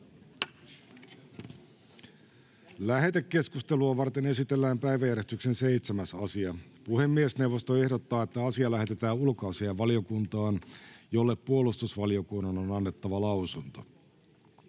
Lähetekeskustelua varten esitellään päiväjärjestyksen 7. asia. Puhemiesneuvosto ehdottaa, että asia lähetetään ulkoasiainvaliokuntaan, jolle puolustusvaliokunnan on annettava lausunto.